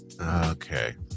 Okay